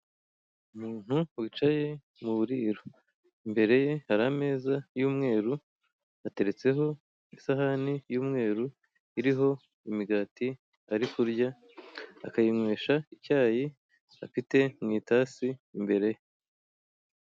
Umuntu wicaye mu buriro. Imbere ye hari ameza y'umweru, aheretseho isahani y'umweru, iriho imigati ari kurya, akayinywesha icyayi afite mu itasi, imbere ye.